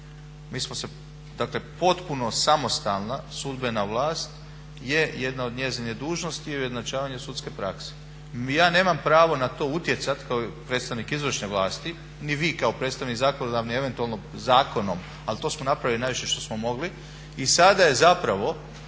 mi smo se dakle potpuno samostalna sudbena vlast je jedna od njezine dužnosti je ujednačavanje sudske prakse. Ja nemam pravo na to utjecati kao predstavnik izvršne vlasti ni vi kao predstavnik zakonodavne, eventualno zakonom, ali to smo napravili najviše što smo mogli. I sada je zapravo